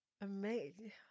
Amazing